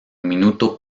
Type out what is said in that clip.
minuto